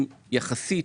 גבוהים יחסית